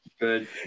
Good